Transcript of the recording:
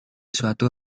suatu